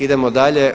Idemo dalje.